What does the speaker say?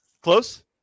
close